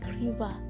river